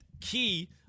Key